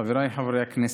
חבריי חברי הכנסת,